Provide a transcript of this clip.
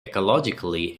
ecologically